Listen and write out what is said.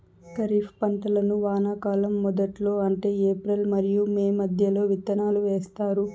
ఖరీఫ్ పంటలను వానాకాలం మొదట్లో అంటే ఏప్రిల్ మరియు మే మధ్యలో విత్తనాలు వేస్తారు